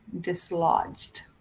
dislodged